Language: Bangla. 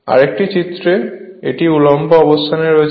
আরেকটি চিত্রে এটি উল্লম্ব অবস্থানে রাখা হয়েছে